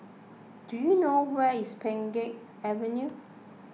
do you know where is Pheng Geck Avenue